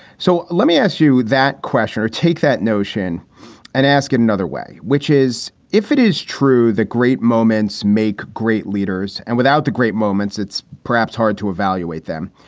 so let me ask you that question or take that notion and ask it another way, which is if it is true that great moments make great leaders and without the great moments, it's perhaps hard to evaluate them.